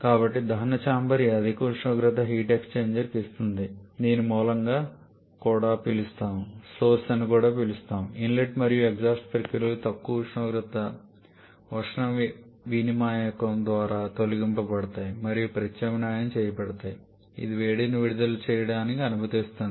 కాబట్టి దహన చాంబర్ ఈ అధిక ఉష్ణోగ్రత హీట్ ఎక్స్చేంజర్ కి ఇస్తుంది దీనిని మూలంసోర్స్గా కూడా పిలుస్తారు మరియు ఇన్లెట్ మరియు ఎగ్జాస్ట్ ప్రక్రియలు తక్కువ ఉష్ణోగ్రత ఉష్ణ వినిమాయకం ద్వారా తొలగించబడతాయి మరియు ప్రత్యామ్నాయం చేయబడతాయి ఇది వేడిని విడుదల చేయడానికి అనుమతిస్తుంది